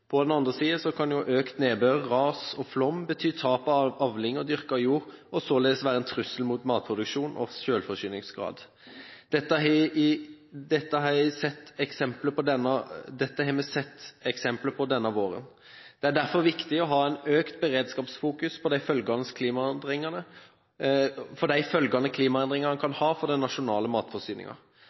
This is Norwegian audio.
På den andre siden kan økt nedbør, ras og flom bety tap av avlinger og dyrkbar jord, og således være en trussel mot matproduksjon og selvforsyningsgrad. Dette har vi sett eksempler på denne våren. Det er derfor viktig å ha økt beredskapsfokus på de følgene klimaendringene kan ha for den nasjonale